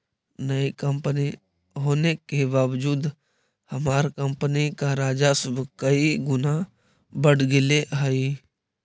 नई कंपनी होने के बावजूद हमार कंपनी का राजस्व कई गुना बढ़ गेलई हे